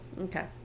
Okay